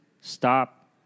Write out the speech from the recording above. stop